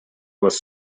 was